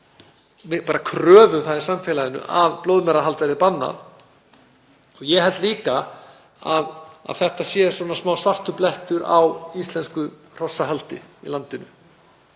og bara kröfu um það í samfélaginu að blóðmerahald verði bannað. Ég held líka að þetta sé svolítið svartur blettur á íslensku hrossahaldi í landinu.